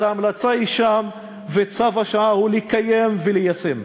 אז ההמלצה היא שם, וצו השעה הוא לקיים וליישם.